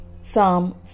Psalm